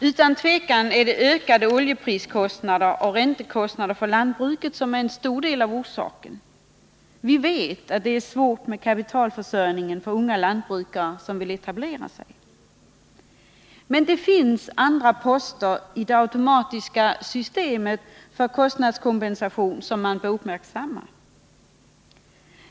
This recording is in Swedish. Utan tvivel är ökade oljepriskostnader och räntekostnader för lantbruket en stor del av orsaken. Vi vet att det är svårt med kapitalförsörjningen för unga lantbrukare som vill etablera sig. Men det finns andra poster i det ”automatiska” systemet för kostnadskompensation som man bör uppmärksamma.